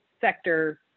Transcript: sector